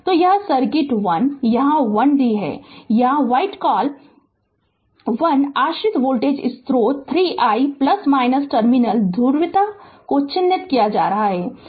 तो यह सर्किट 1 यहां 1 d है या व्हाट कॉल 1 आश्रित वोल्टेज स्रोत है 3 i टर्मिनल ध्रुवीयता को चिह्नित किया जा रहा है